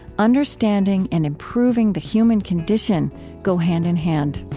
understanding and improving the human condition go hand in hand.